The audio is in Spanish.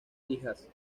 hijas